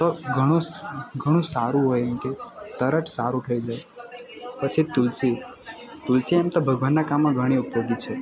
તો ઘણું ઘણું સારું હોય એનાંથી તરત સારું થઈ જાય પછી તુલસી તુલસી એમ તો ભગવાનના કામમાં ઘણી ઉપયોગી છે